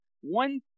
one